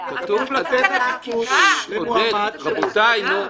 כתוב לתת עדיפות למועמד מתוך שירות המדינה.